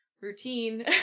routine